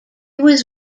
was